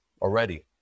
already